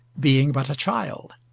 being but a child.